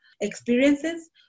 experiences